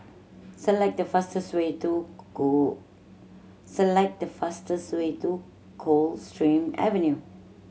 select the fastest way to select the fastest way to Coldstream Avenue